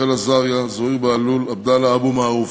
רחל עזריה, זוהיר בהלול ועבדאללה אבו מערוף.